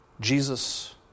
Jesus